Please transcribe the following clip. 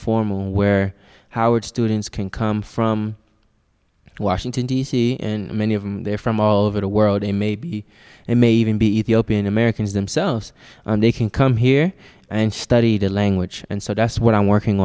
formal where howard students can come from washington d c and many of them they're from all over the world and maybe and may even be ethiopian americans themselves and they can come here and study the language and so that's what i'm working